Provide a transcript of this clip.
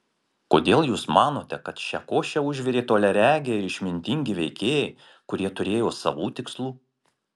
kodėl jūs manote kad šią košę užvirė toliaregiai ir išmintingi veikėjai kurie turėjo savų tikslų